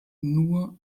nur